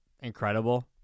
incredible